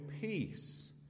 peace